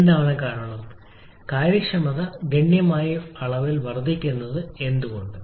എന്താണ് കാരണം കാര്യക്ഷമത ഗണ്യമായ അളവിൽ വർദ്ധിക്കുന്നത് എന്തുകൊണ്ട്